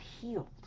healed